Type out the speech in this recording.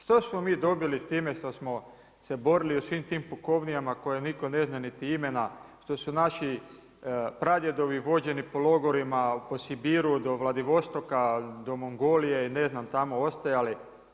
Što smo mi dobili s time što smo se borili u svim tim pukovnijama koje nitko ne zna niti imena, što su naši pradjedovi vođeni po logorima, po Sibiru do Vladivostoka, do Mongolije i ne znam tamo ostajali?